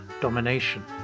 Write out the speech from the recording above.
domination